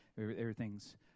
everything's